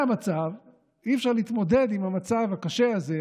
אי-אפשר להתמודד עם המצב הקשה הזה,